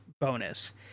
bonus